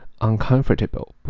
Uncomfortable